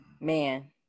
Man